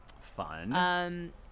Fun